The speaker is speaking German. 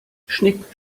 schnick